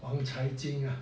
王彩金啊